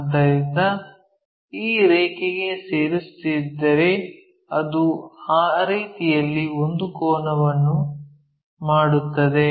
ಆದ್ದರಿಂದ ಈ ರೇಖೆಗೆ ಸೇರುತ್ತಿದ್ದರೆ ಅದು ಆ ರೀತಿಯಲ್ಲಿ ಒಂದು ಕೋನವನ್ನು ಮಾಡುತ್ತದೆ